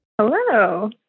Hello